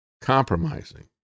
compromising